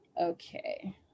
Okay